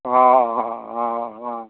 অঁ অঁ অঁ অঁ